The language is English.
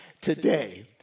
today